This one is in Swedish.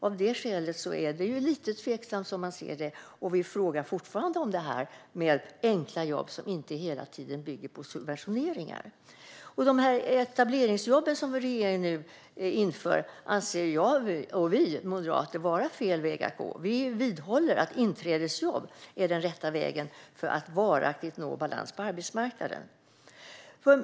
Av det skälet ser vi detta som lite tveksamt, och vi frågar fortfarande om enkla jobb som inte hela tiden bygger på subventioneringar. De etableringsjobb som regeringen nu inför anser vi moderater vara fel väg att gå. Vi vidhåller att inträdesjobb är den rätta vägen för att varaktigt nå balans på arbetsmarknaden.